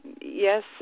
yes